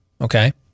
Okay